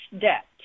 debt